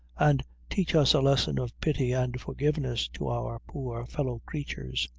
and teach us a lesson of pity and forgiveness to our poor fellow-creatures,